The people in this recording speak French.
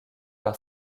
par